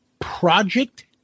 Project